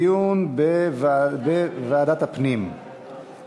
לדיון מוקדם בוועדת הפנים והגנת